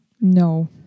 No